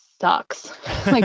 sucks